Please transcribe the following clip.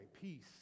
peace